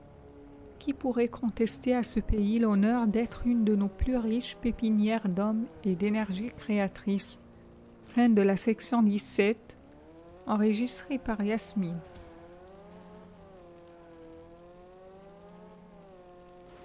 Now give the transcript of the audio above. qui pourrait contester à ce pays l'honneur d'être une de nos plus riches pépinières d'hommes et d'énergies créatrices